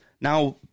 Now